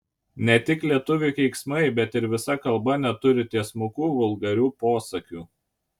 ne tik lietuvių keiksmai bet ir visa kalba neturi tiesmukų vulgarių posakių